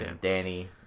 Danny